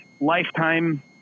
lifetime